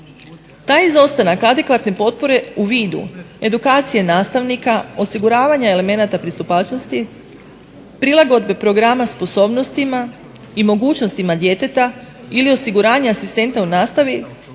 Taj izostanak adekvatne potpore u vidu edukacije nastavnika, osiguravanja elemenata pristupačnosti, prilagodbe programa sposobnostima i mogućnostima djeteta ili osiguranja asistenta u nastavi